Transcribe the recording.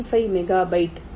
இதற்கு 1 மெகாபைட் தேவை